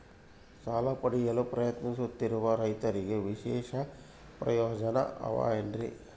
ಸಾಲ ಪಡೆಯಲು ಪ್ರಯತ್ನಿಸುತ್ತಿರುವ ರೈತರಿಗೆ ವಿಶೇಷ ಪ್ರಯೋಜನ ಅವ ಏನ್ರಿ?